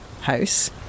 house